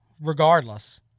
regardless